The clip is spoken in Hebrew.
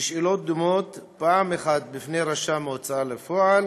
בשאלות דומות, פעם אחת לפני רשם ההוצאה לפועל